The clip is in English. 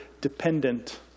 dependent